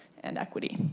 and equity.